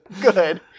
good